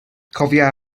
cofia